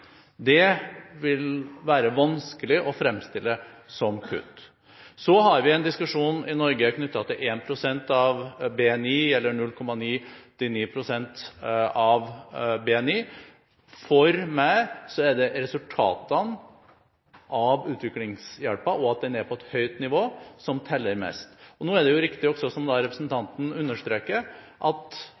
Det vil det være vanskelig å fremstille som kutt. Så har vi en diskusjon i Norge knyttet til 1 pst. av BNI eller 0,99 pst. av BNI. For meg er det resultatene av utviklingshjelpen og at den er på et høyt nivå som teller mest. Nå er det riktig, som representanten også understreker, at